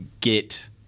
get